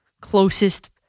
closest